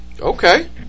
Okay